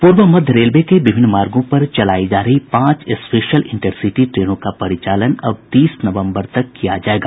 पूर्व मध्य रेलवे के विभिन्न मार्गो पर चलाई जा रही पांच स्पेशल इंटर सिटी ट्रेनों का परिचालन अब तीस नवम्बर तक किया जायेगा